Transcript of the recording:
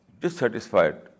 dissatisfied